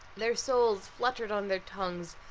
their souls fluttered on their tongues,